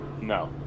no